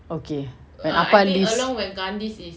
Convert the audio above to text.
okay then அப்பா:appa lees